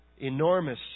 Enormous